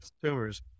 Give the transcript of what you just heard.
consumers